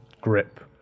grip